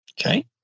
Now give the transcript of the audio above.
Okay